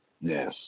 yes